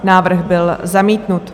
Návrh byl zamítnut.